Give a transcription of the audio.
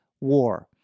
War